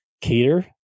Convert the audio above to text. cater